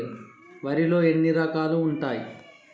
వరిలో ఎన్ని రకాలు ఉంటాయి?